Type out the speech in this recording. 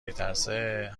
میترسه